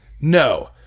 no